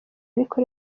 ariko